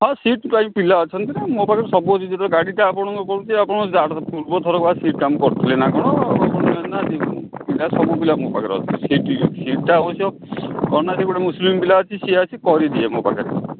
ହଁ ସିଟ୍ ପାଇଁ ପିଲା ଅଛନ୍ତି ନା ମୋ ପାଖରେ ସବୁ ଅଛି ଯେତେବେଳେ ଗାଡ଼ିଟା ଆପଣଙ୍କ ପଡ଼ୁଛି ଆପଣ ପୂର୍ବ ଥର ପା ସିଟ୍ କାମ କରିଥିଲେ ନା କ'ଣ ପିଲା ସବୁ ପିଲା ମୋ ପାଖରେ ଅଛନ୍ତି ସିଟ ସିଟ୍ଟା ଅବଶ୍ୟ ଗୋଟେ ମୁସଲିମ୍ ପିଲା ଅଛି ସିଏ ଆସି କରିଦିଏ ମୋ ପାଖରେ